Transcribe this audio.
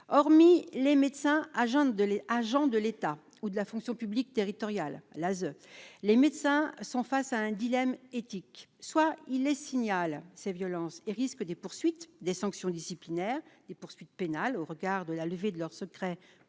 agents de Les agents de l'État ou de la fonction publique territoriale l'les médecins sont face à un dilemme éthique, soit il est signale ces violences et risquent des poursuites des sanctions disciplinaires des poursuites pénales au regard de la levée de leur secret